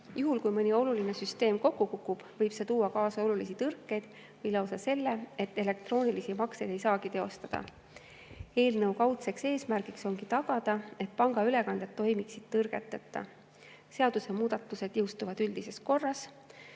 Juhul, kui mõni oluline süsteem kokku kukub, võib see tuua kaasa olulisi tõrkeid või lausa selle, et elektroonilisi makseid ei saagi teostada. Eelnõu kaudne eesmärk ongi tagada, et pangaülekanded toimiksid tõrgeteta. Seadusemuudatused jõustuvad üldises korras.